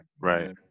Right